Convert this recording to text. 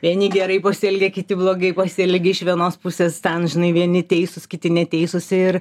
vieni gerai pasielgė kiti blogai pasielgė iš vienos pusės ten žinai vieni teisūs kiti neteisūs ir